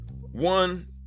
One